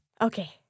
Okay